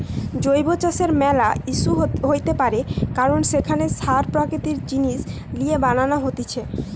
জৈব চাষের ম্যালা ইস্যু হইতে পারে কারণ সেখানে সার প্রাকৃতিক জিনিস লিয়ে বানান হতিছে